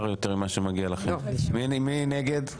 מי נגד?